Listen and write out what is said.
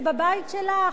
זה בבית שלך,